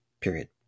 period